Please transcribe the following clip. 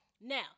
Now